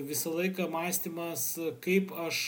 visą laiką mąstymas kaip aš